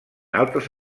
altres